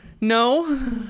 No